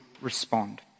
respond